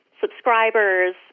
subscribers